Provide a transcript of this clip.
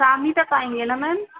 शाम ही तक आएंगे न मैम